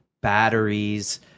batteries